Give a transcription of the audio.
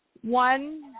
one